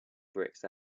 bricks